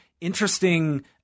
interesting